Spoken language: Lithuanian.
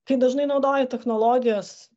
kai dažnai naudoji technologijas